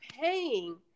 paying